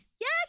Yes